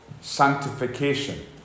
sanctification